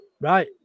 Right